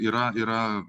yra yra